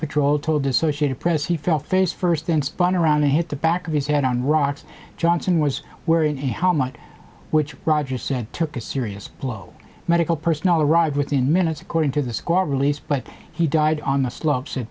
patrol told the associated press he fell face first then spun around and hit the back of his head on rocks johnson was wearing a helmet which roger said took a serious blow medical personnel arrived within minutes according to the squad released but he died on the slopes